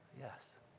yes